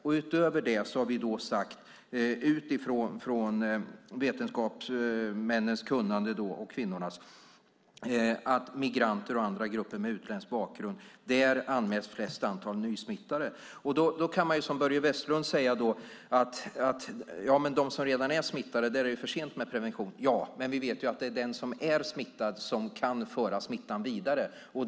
Och utöver det har vi, utifrån vetenskapsmännens och kvinnornas kunnande, sagt att bland migranter och i andra grupper med utländsk bakgrund anmäls flest antal nysmittade. Då kan man som Börje Vestlund säga att för dem som redan är smittade är det för sent med prevention. Ja, men vi vet ju att det är den som är smittad som kan föra smittan vidare.